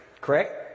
Correct